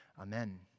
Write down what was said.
Amen